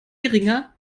geringer